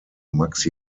max